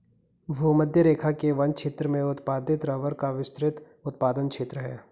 भूमध्यरेखा के वन क्षेत्र में उत्पादित रबर का विस्तृत उत्पादन क्षेत्र है